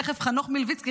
תכף חנוך מלביצקי,